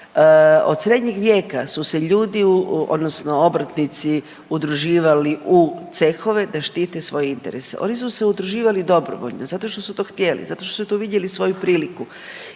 od srednjeg vijeka su se ljudi, odnosno obrtnici udruživali u cehove da štite svoje interese. Oni su se udruživali dobrovoljno zato što su to htjeli, zato što su tu vidjeli svoju priliku.